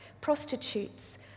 prostitutes